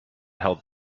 held